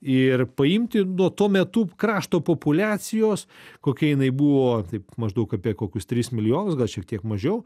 ir paimti nuo tuo metu krašto populiacijos kokia jinai buvo taip maždaug apie kokius tris milijonus gal šiek tiek mažiau